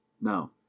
now